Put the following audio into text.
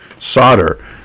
solder